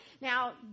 now